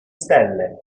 stelle